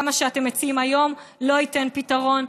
גם מה שאתם מציעים היום לא ייתן פתרון,